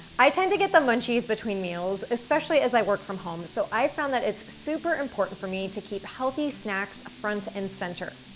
i tend to get the munchies between meals, especially as i work from home. so i've found that it's super important for me to keep healthy snacks front and center.